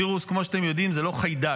וירוס, כמו שאתם יודעים, זה לא חיידק,